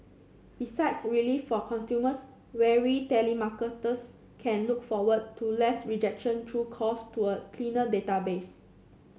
besides relief for consumers weary telemarketers can look forward to less rejection through calls to a cleaner database